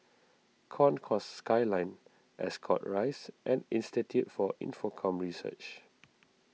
Concourse Skyline Ascot Rise and Institute for Infocomm Research